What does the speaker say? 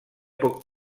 poc